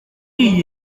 iyi